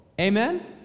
Amen